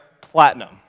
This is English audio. platinum